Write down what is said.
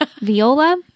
viola